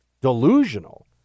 delusional